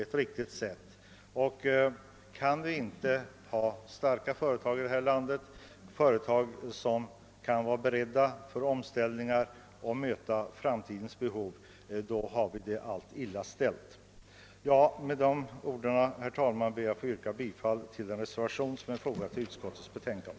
Har vi inte starka företag, som är beredda på omställningar och kan möta framtidens behov, då är det illa ställt. Med dessa ord, herr talman, ber jag att få yrka bifall till den reservation som är fogad till utskottets betänkande.